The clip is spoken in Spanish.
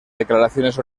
declaraciones